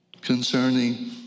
concerning